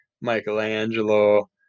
Michelangelo